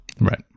right